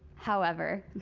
however,